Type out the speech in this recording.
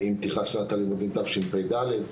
עם פתיחת הלימודים תשפ״ד.